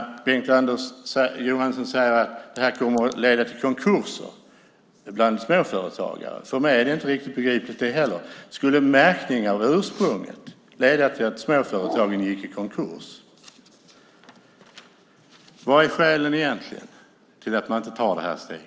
Bengt-Anders Johansson säger att det kommer att leda till konkurser bland småföretagare. För mig är inte det heller riktigt begripligt. Skulle märkning av ursprunget leda till att småföretagen gick i konkurs? Vad är de egentliga skälen till att man inte tar detta steg?